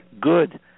good